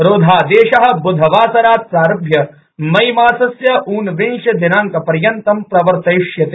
रोधादेश ब्धवासरात् प्रारभ्य मे मासस्य ऊनविंश दिनांकपर्यन्तं प्रवर्तयिष्यते